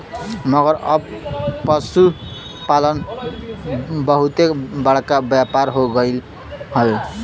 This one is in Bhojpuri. मगर अब पसुपालन बहुते बड़का व्यापार हो गएल हौ